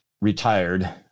retired